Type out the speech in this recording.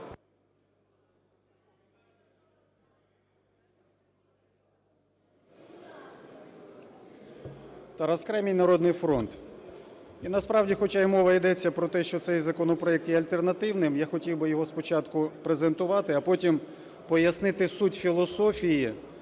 Тарас Кремінь, "Народний фронт". І насправді, хоча мова і йде про те, що цей законопроект є альтернативним, я хотів би його спочатку презентувати, а потім пояснити суть філософії